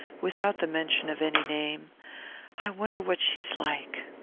without the mention of any name i wonder what she's like?